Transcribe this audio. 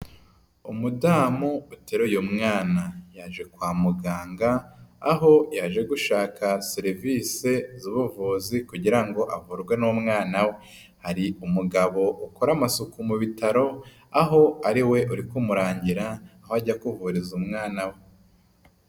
Umudamu uteruye umwana yaje kwa muganga aho yaje gushaka serivisi z'ubuvuzi kugira ngo avurwe n'umwana we, hari umugabo ukora amasuku mu bitaro aho ariwe uri kumurangira aho ajya kuvuriza umwana we.